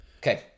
Okay